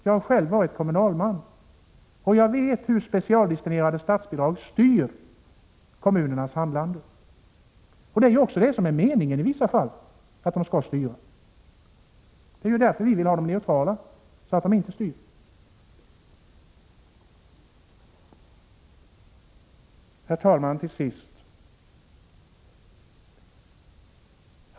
Jag har själv varit kommunalman, och jag vet hur specialdestinerade statsbidrag styr kommunernas handlande — i vissa fall är det också meningen att de skall styra. Vi vill att statsbidragen skall vara neutrala, så att de inte styr. Herr talman!